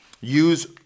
Use